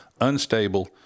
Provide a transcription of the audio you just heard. unstable